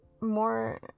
more